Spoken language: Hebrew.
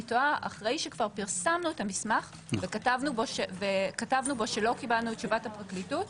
אחרי שכבר פרסמנו את המסמך וכתבנו בו שלא קיבלנו את תשובת הפרקליטות,